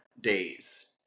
days